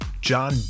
John